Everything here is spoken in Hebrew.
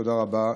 תודה רבה,